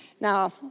Now